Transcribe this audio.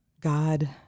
God